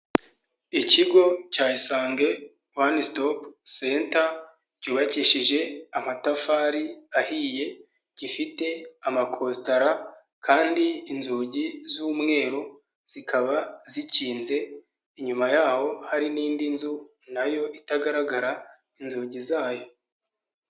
Ikigo cya Isange One Stop Centre cyubakishije amatafari ahiye, gifite amakositara kandi inzugi z'umweru zikaba zikinze, inyuma yaho hari n'indi nzu nayo itagaragara inzugi zayo.